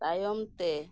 ᱛᱟᱭᱚᱢ ᱛᱮ